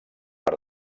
per